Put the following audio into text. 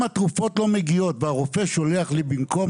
אם התרופות לא מגיעות, והרופא שולח לי מרשם במקום